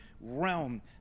realm